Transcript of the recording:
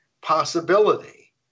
possibility